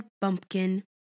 bumpkin